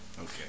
Okay